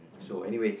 so anyway